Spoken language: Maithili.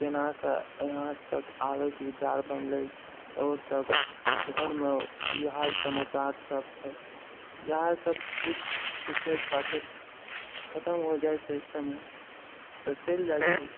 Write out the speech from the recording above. केनाके यहाँतक आबैके विचार बनले आऒर सब घरमे कि हाल समाचार सब छै इएह सब पूछ पूछै पाछति खतम हो जाइत छै समय तऽ चलि जाए छै